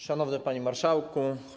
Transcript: Szanowny Panie Marszałku!